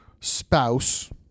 spouse